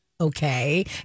okay